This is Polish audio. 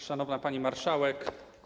Szanowna Pani Marszałek!